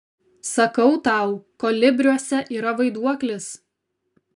sakau tau kolibriuose yra vaiduoklis